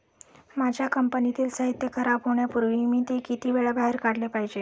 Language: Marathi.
माझ्या कंपनीतील साहित्य खराब होण्यापूर्वी मी ते किती वेळा बाहेर काढले पाहिजे?